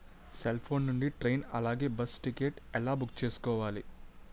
Cell phone నుండి train అలాగే bus ticket ఎలా బుక్ చేసుకోవాలి?